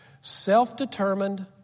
self-determined